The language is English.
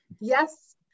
Yes